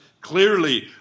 clearly